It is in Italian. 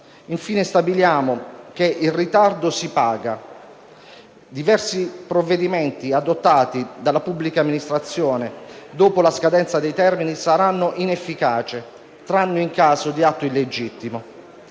stabiliamo che il ritardo si paga: diversi provvedimenti adottati dalla pubblica amministrazione dopo la scadenza dei termini saranno inefficaci, tranne in caso di atto illegittimo.